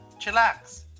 Chillax